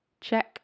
Check